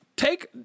Take